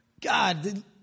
God